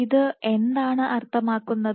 ഇത് എന്താണ് അർത്ഥമാക്കുന്നത്